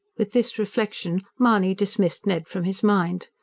with this reflection mahony dismissed ned from his mind.